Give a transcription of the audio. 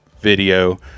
video